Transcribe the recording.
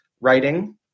writing